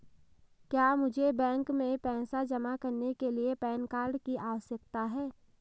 क्या मुझे बैंक में पैसा जमा करने के लिए पैन कार्ड की आवश्यकता है?